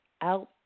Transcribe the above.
out